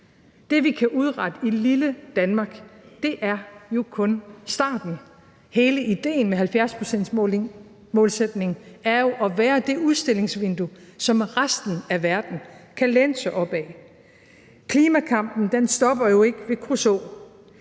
Det, vi kan udrette i lille Danmark, er jo kun starten. Hele idéen med 70-procentsmålsætningen er jo at være det udstillingsvindue, som resten af verden kan læne sig op ad. Klimakampen stopper jo ikke ved Kruså,